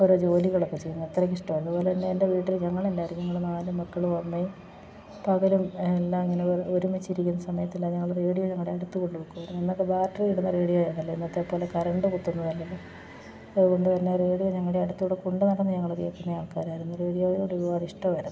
ഓരോ ജോലികളൊക്ക ചെയ്യുന്ന അത്രക്കിഷ്ടമാണ് അതു പോലെ തന്നെ എൻ്റെ വീട്ടിൽ ഞങ്ങളെല്ലാവരും ഞങ്ങൾ നാല് മക്കളും അമ്മയും പകലും എല്ലാ ഇങ്ങനെ ഒരുമിച്ചിരിക്കുന്ന സമയത്തെല്ലാം ഞങ്ങൾ റേഡിയോ ഞങ്ങളുടെ അടുത്തു കൊണ്ടു വെക്കുകയായിരുന്നു അന്നൊക്കെ ബാറ്ററി ഇടുന്ന റേഡിയോ ആയിരുന്നില്ല ഇന്നത്തെ പോലെ കരണ്ട് കുത്തുന്നതല്ലല്ലോ അതു കൊണ്ടു തന്നെ റേഡിയോ ഞങ്ങളുടെ അടുത്തു കൂടി കൊണ്ടു നടന്ന് ഞങ്ങൾ കേൾക്കുന്ന കേൾക്കുന്നയാൾക്കാരായിരുന്നു റേഡിയോയോടൊരുപാട് ഇഷ്ടമായിരുന്നു